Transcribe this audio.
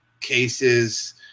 cases